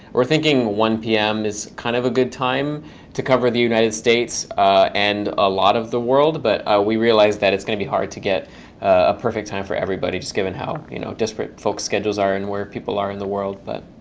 we're thinking one zero pm is kind of a good time to cover the united states and a lot of the world, but we realize that it's going to be hard to get a perfect time for everybody, just given how you know disparate folks' schedules are and where people are in the world. but